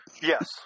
Yes